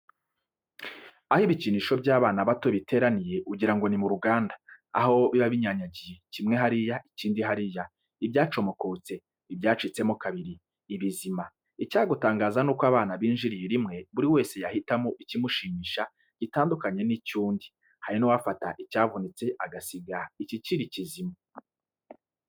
Aho ibikinisho by'abana bato biteraniye ugira ngo ni mu ruganda, aho biba binyanyagiye, kimwe hariya ikindi hariya, ibyacomokotse, ibyacitsemo kabiri, ibizima, icyagutangaza ni uko abana binjiriye rimwe buri wese yahitamo ikimushimisha gitandukanye n'icy'undi! Hari n'uwafata icyavunitse agasiga ikikiri kizima.